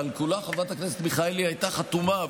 שעל כולה חברת הכנסת מיכאלי הייתה חתומה,